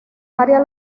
varias